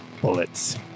bullets